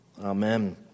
amen